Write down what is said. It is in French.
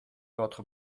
votre